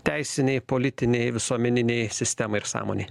teisinei politinei visuomeninei sistemai ir sąmonei